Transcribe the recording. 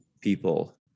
people